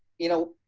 you know,